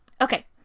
Okay